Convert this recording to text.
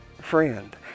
friend